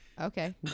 Okay